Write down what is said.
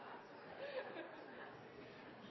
Det er eit